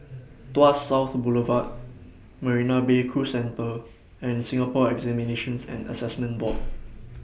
Tuas South Boulevard Marina Bay Cruise Centre and Singapore Examinations and Assessment Board